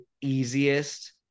easiest